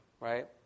right